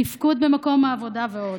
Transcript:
תפקוד במקום העבודה ועוד.